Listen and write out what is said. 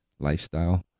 lifestyle